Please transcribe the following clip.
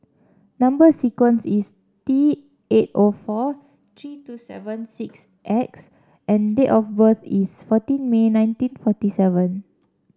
number sequence is T eight O forty three two seven six X and date of birth is fourteen May nineteen forty seven